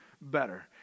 better